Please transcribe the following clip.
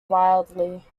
wildly